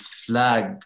flag